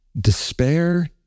despair